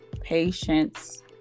patience